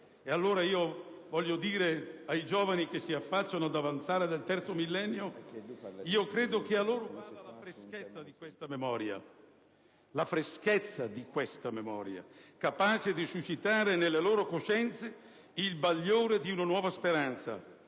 Allora voglio dire ai giovani che si affacciano al davanzale del terzo millennio che credo che a loro vada la freschezza di questa memoria, capace di suscitare nelle loro coscienze il bagliore di una nuova speranza,